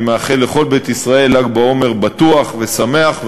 אני מאחל לכל בית ישראל ל"ג בעומר בטוח ושמח,